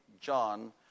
John